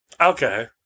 Okay